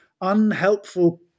unhelpful